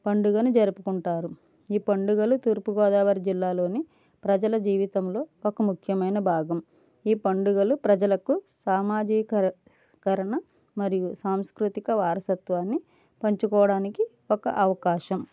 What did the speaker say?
పండుగను జరుపుకుంటారు ఈ పండుగలు తూర్పుగోదావరి జిల్లాలోని ప్రజల జీవితంలో ఒక ముఖ్యమైన భాగం ఈ పండుగలు ప్రజలకు సామాజీకరణ మరియు సాంస్కృతిక వారసత్వాన్ని పంచుకోవడానికి ఒక అవకాశం